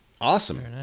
Awesome